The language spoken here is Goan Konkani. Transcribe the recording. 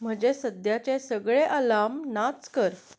म्हजे सद्याचे सगळे आलार्म नाच्च कर